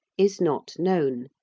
is not known,